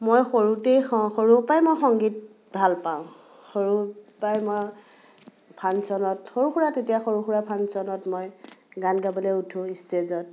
মই সৰুতে সৰু পৰাই মই সংগীত ভাল পাওঁ সৰু পৰাই মই ফাংচনত সৰু সুৰা তেতিয়া সৰু সুৰা ফাংচনত মই গান গাবলৈ উঠোঁ ষ্টেজত